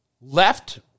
Left